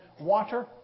water